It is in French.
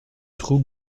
trou